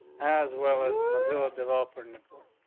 as well as missouri development and report.